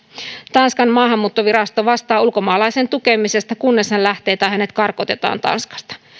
tanskan maahanmuuttovirasto vastaa ulkomaalaisen tukemisesta kunnes hän lähtee tai hänet karkotetaan tanskasta